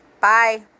Bye